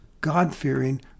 God-fearing